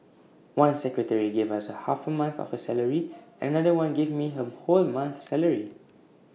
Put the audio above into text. one secretary gave us half A month of her salary another one gave me her whole month's salary